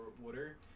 water